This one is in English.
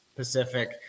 pacific